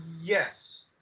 yes